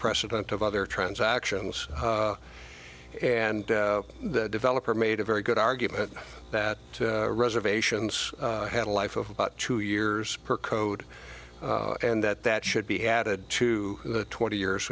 precedent of other transactions and the developer made a very good argument that reservations had a life of about two years per code and that that should be added to the twenty years